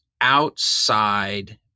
outside